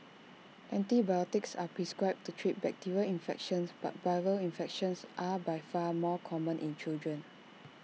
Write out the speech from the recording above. antibiotics are prescribed to treat bacterial infections but viral infections are by far more common in children